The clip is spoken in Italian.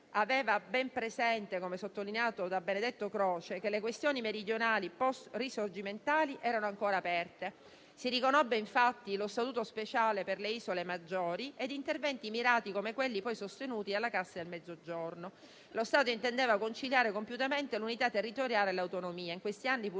aveva ben presente, come sottolineato da Benedetto Croce, che le questioni meridionali *post* risorgimentali erano ancora aperte. Si riconobbe, infatti, lo statuto speciale per le isole maggiori ed interventi mirati, come quelli poi sostenuti dalla Cassa del Mezzogiorno. Lo Stato intendeva conciliare compiutamente l'unità territoriale e l'autonomia.